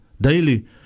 daily